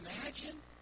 imagine